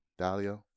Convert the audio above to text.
Dalio